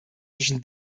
zwischen